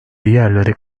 diğerleri